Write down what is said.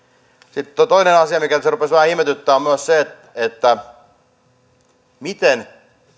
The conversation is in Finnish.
sitten toinen asia mikä tässä rupesi vähän ihmetyttämään on myös se miten